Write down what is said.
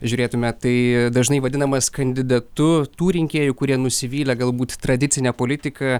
žiūrėtumėme tai dažnai vadinamas kandidatu tų rinkėjų kurie nusivylę galbūt tradicine politika